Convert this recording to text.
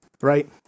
right